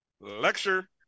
lecture